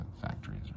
factories